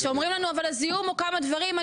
כשאומרים לנו אבל הזיהום הוא כמה דברים,